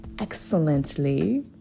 excellently